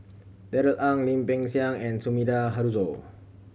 Darrell Ang Lim Peng Siang and Sumida Haruzo